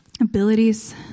abilities